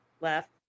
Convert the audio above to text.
left